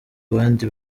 abandi